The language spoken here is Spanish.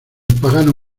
pagano